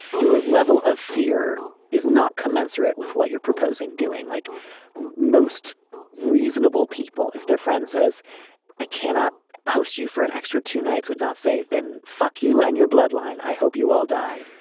your level of fear is not commensurate with what you're proposing doing. like most reasonable people, if their friend says i cannot host you for an extra two nights, would not say, then fuck you and your bloodline. i hope you all die.